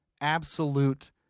absolute